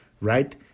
right